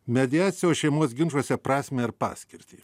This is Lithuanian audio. mediacijos šeimos ginčuose prasmę ir paskirtį